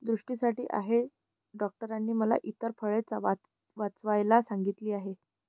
दृष्टीसाठी आहे डॉक्टरांनी मला इतर फळे वाचवायला सांगितले आहे